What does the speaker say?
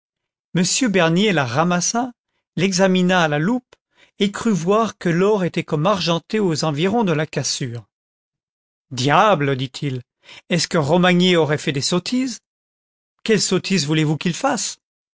m bernier la ramassa l'examina à la loupe et crut voir que l'or était comme argenté aux environs de la cassure content from google book search generated at diable dit-il est-ce que romagné aurait fait des sottises quelles sottises voulez-vous qu'il fasse